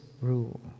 rule